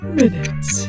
minutes